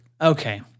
okay